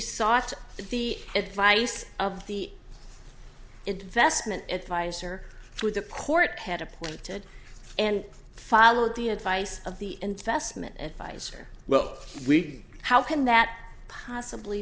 sought the advice of the investment adviser to the court had appointed and followed the advice of the investment adviser well we how can that possibly